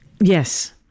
Yes